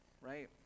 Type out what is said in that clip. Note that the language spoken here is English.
right